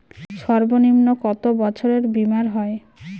সর্বনিম্ন কত বছরের বীমার হয়?